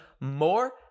more